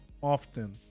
often